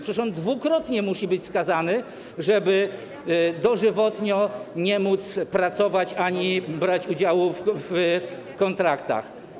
Przecież on dwukrotnie musi być skazany, żeby dożywotnio nie móc pracować ani ubiegać się o kontrakty.